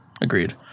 Agreed